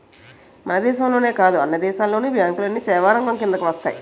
మన దేశంలోనే కాదు అన్ని దేశాల్లోను బ్యాంకులన్నీ సేవారంగం కిందకు వస్తాయి